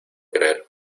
creer